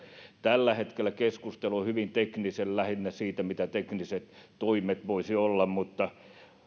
tällä hetkellä keskustelu on hyvin teknistä lähinnä siitä mitä tekniset toimet voisivat olla mutta